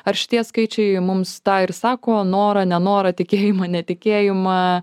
ar šitie skaičiai mums tą ir sako norą nenorą tikėjimą netikėjimą